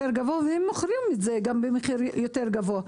גבוה והם גם מוכרים את זה במחיר יותר גבוה.